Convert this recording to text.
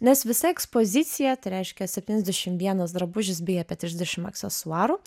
nes visa ekspozicija tai reiškia septyniasdešimt vienas drabužis bei apie trisdešimt aksesuarų